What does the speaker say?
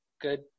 good